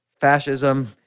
fascism